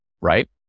right